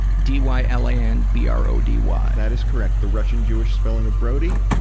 d y l a n, b r o d y. that is correct. the russian-jewish spelling of brody,